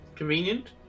Convenient